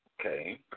Okay